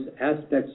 aspects